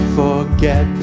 forget